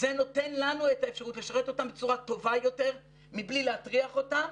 זה נותן לנו את האפשרות לשרת אותם בצורה טובה יותר מבלי להטריח אותם,